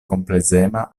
komplezema